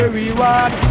reward